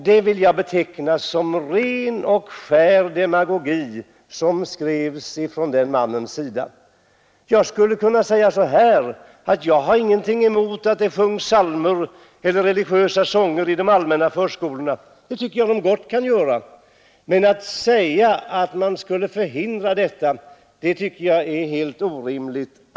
Det vill jag beteckna som ren och skär demagogi från den redaktörens sida. Jag har ingenting emot att det sjungs psalmer eller religiösa sånger i de allmänna förskolorna, det tycker jag gott att man kan göra. Att påstå att vi skulle vilja förhindra detta är helt orimligt.